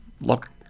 look